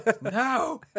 No